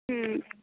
হুম